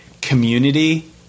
community